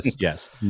Yes